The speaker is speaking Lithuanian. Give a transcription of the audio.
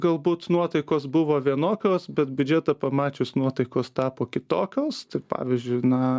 galbūt nuotaikos buvo vienokios bet biudžetą pamačius nuotaikos tapo kitokios tai pavyzdžiui na